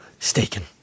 staken